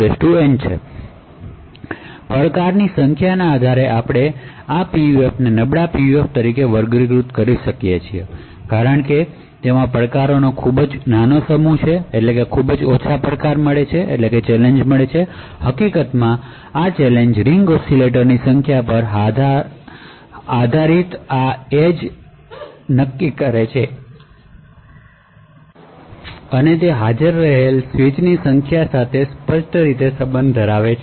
challenge ની સંખ્યાના આધારે આપણે આ PUFને નબળા PUF તરીકે વર્ગીકૃત કરીએ છીએ કારણ કે તેમાં ચેલેંજ નો ખૂબ જ નાનો સમૂહ છે હકીકતમાં ચેલેંજ રીંગ ઓસિલેટરની સંખ્યા પર આધારીત છે અનેમજબૂત PUF માં ચેલેંજ ની સંખ્યા તે હાજર આર્બિતોર સ્વીચ ની સંખ્યા સાથે એક્સ્પોનેંસીયલ રીતે સંબંધિત છે